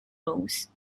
rules